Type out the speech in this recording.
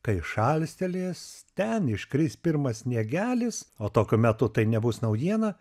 kai šalstelės ten iškris pirmas sniegelis o tokiu metu tai nebus naujiena